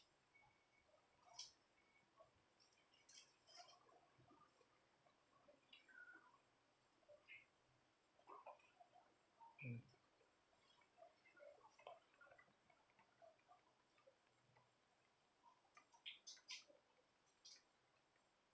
mm